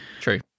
True